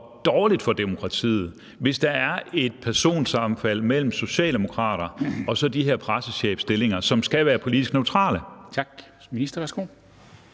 dårligt for demokratiet, hvis der er et personsammenfald mellem socialdemokrater og så folk i de her pressechefstillinger, som skal være politisk neutrale? Kl. 13:17